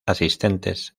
asistentes